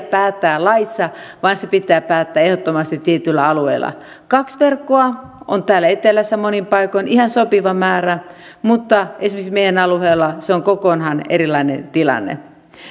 päättää laissa vaan niistä pitää päättää ehdottomasti tietyillä alueilla kaksi verkkoa on täällä etelässä monin paikoin ihan sopiva määrä mutta esimerkiksi meidän alueellamme on kokonaan erilainen tilanne